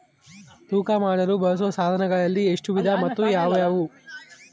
ತೂಕ ಮಾಡಲು ಬಳಸುವ ಸಾಧನಗಳಲ್ಲಿ ಎಷ್ಟು ವಿಧ ಮತ್ತು ಯಾವುವು?